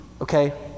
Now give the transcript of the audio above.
okay